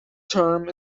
term